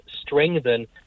strengthen